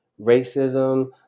racism